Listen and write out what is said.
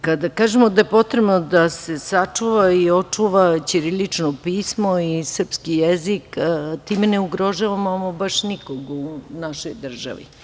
Kada kažemo da je potrebno da se sačuva i očuva ćirilično pismo i srpski jezik time ne ugrožavamo ama baš nikoga u našoj državi.